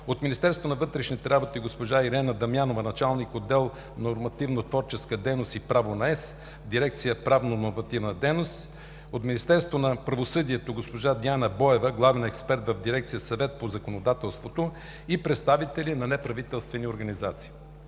от Министерството на вътрешните работи: госпожа Ирена Дамянова – началник-отдел „Нормотворческа дейност и право на ЕС“ в дирекция „Правно-нормативна дейност“, от Министерството на правосъдието: госпожа Диана Боева – главен експерт в дирекция „Съвет по законодателството“, и представители на неправителствени организации.